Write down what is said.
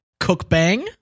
cookbang